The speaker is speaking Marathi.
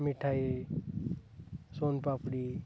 मिठाई सोनपापडी